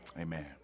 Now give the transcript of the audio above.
Amen